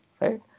right